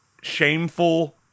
shameful